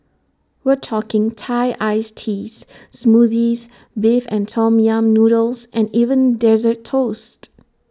we're talking Thai iced teas Smoothies Beef and Tom yam noodles and even Dessert Toasts